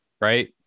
right